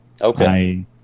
Okay